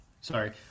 Sorry